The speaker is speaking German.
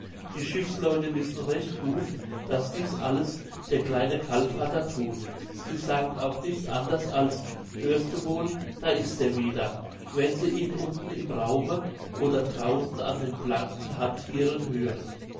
die schiffsleute wissen recht gut daß dies alles der kleine kalfater thut sie sagen auch nicht anders als hörst du wohl da ist er wieder wenn sie ihn unten im raume oder draußen an den planken handthieren hören